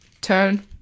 Turn